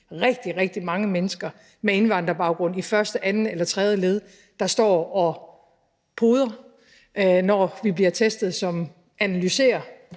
rigtig, rigtig mange mennesker med indvandrerbaggrund i første, andet eller tredje led, der står og poder, når vi bliver testet; som analyserer